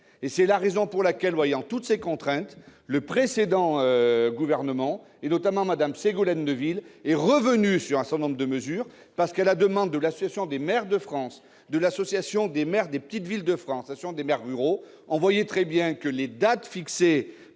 C'est la raison pour laquelle, au vu de toutes ces contraintes, le précédent gouvernement et, notamment, Mme Ségolène Neuville sont revenus sur un certain nombre de mesures à la demande de l'Association des maires de France, de l'Association des maires des petites villes de France et de l'Association des maires ruraux de France. On pouvait en effet